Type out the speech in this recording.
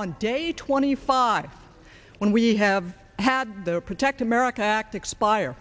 on day twenty five when we have had the protect america act expire